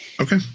Okay